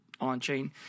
on-chain